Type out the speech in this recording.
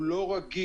הוא לא רגיל.